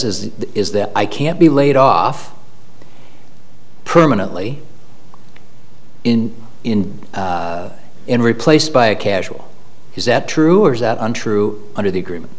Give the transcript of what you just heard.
is is that i can't be laid off permanently in in replaced by a casual is that true or is that untrue under the agreement